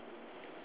ya